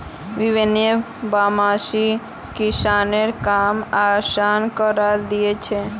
winnowing machine किसानेर काम आसान करे दिया छे